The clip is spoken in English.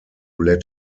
let